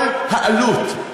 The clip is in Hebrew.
כל העלות.